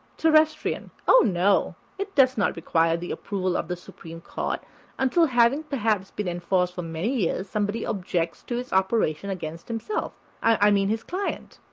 terrestrian o no it does not require the approval of the supreme court until having perhaps been enforced for many years somebody objects to its operation against himself i mean his client.